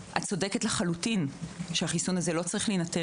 את צודקת לחלוטין שהחיסון הזה לא צריך להינתן